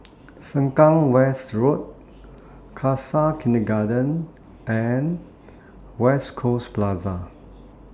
Sengkang West Road Khalsa Kindergarten and West Coast Plaza